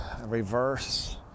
reverse